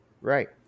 right